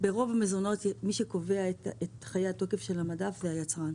ברוב המזונות מי שקובע את חיי התוקף של המדף זה היצרן.